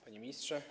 Panie Ministrze!